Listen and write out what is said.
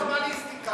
פתאום פורמליסטיקה.